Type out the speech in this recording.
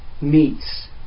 meets